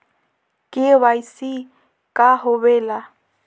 KYC का होवेला?